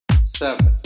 seven